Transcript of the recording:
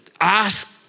ask